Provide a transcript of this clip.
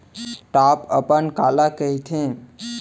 Top अपन काला कहिथे?